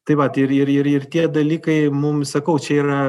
tai vat ir ir ir ir tie dalykai mum sakau čia yra